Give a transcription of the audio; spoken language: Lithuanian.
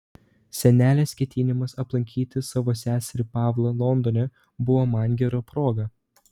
senelės ketinimas aplankyti savo seserį pavlą londone buvo man gera proga